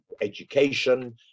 education